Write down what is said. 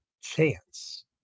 chance